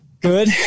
Good